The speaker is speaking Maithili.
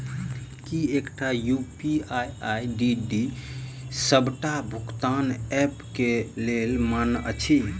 की एकटा यु.पी.आई आई.डी डी सबटा भुगतान ऐप केँ लेल मान्य अछि?